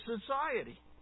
society